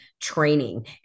training